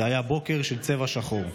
זה היה בוקר של צבע שחור.